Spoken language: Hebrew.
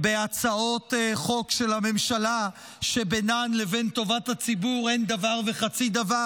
בהצעות חוק של הממשלה שבינן לבין טובת הציבור אין דבר וחצי דבר,